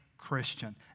Christian